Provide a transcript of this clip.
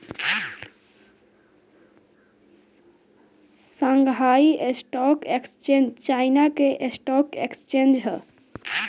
Shanghai stock exchange China के stock exchange ह